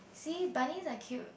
see bunnies are cute